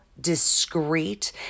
discreet